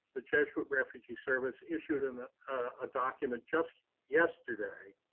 the jesuit refugee service issued in a document just yesterday,